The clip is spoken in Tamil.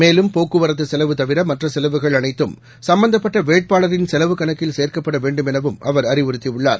மேலும் போக்குவரத்துசெலவு தவிரமற்றசெலவுகள் அனைத்தும் சம்பந்தப்பட்டவேட்பாளரின் செலவு கணக்கில் சேர்க்கப்படவேண்டும் எனவும் அவர் அறிவுறுத்தியுள்ளார்